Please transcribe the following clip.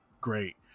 Great